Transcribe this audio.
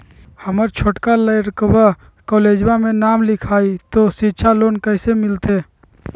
हमर छोटका लड़कवा कोलेजवा मे नाम लिखाई, तो सिच्छा लोन कैसे मिलते?